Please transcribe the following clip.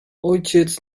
ojciec